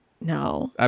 No